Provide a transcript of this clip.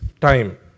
time